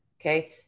Okay